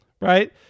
right